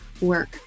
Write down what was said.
work